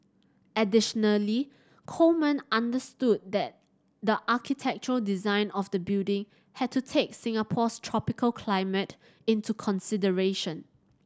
additionally Coleman understood that the architectural design of the building had to take Singapore's tropical climate into consideration